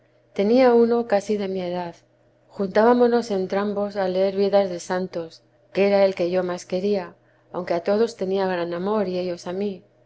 tenía uno casi de mi edad que era el que yo más quería aunque a todos tenía gran amor y ellos a mí